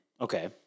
okay